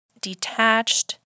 detached